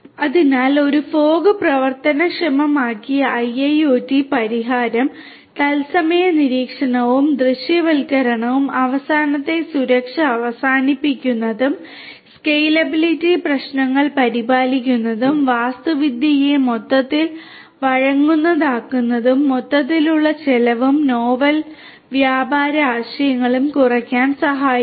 അതിനാൽ ഒരു ഫോഗ്പ്രവർത്തനക്ഷമമാക്കിയ IIoT പരിഹാരം തത്സമയ നിരീക്ഷണവും ദൃശ്യവൽക്കരണവും അവസാനത്തെ സുരക്ഷ അവസാനിപ്പിക്കുന്നതും സ്കേലബിളിറ്റി പ്രശ്നങ്ങൾ പരിപാലിക്കുന്നതും വാസ്തുവിദ്യയെ മൊത്തത്തിൽ വഴങ്ങുന്നതാക്കുന്നതും മൊത്തത്തിലുള്ള ചെലവും നോവൽ വ്യാപാര ആശയങ്ങളും കുറയ്ക്കാൻ സഹായിക്കും